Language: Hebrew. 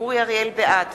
בעד